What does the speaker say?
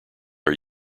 are